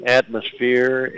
atmosphere